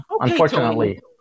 unfortunately